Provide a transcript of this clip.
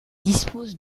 disposent